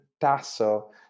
Tasso